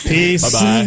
Peace